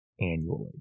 annually